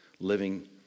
Living